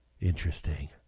interesting